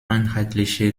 einheitliche